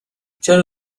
چرا